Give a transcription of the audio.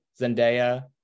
Zendaya